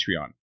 Patreon